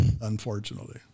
unfortunately